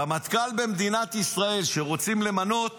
רמטכ"ל במדינת ישראל שרוצים למנות